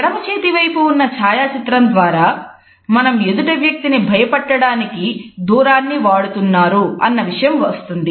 ఎడమ చేతి వైపు ఉన్న ఛాయా చిత్రం ద్వారా మనం ఎదుటి వ్యక్తిని భయపెట్టడానికి దూరాన్ని వాడుతున్నారు అన్న విషయం వస్తుంది